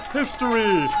history